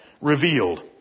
revealed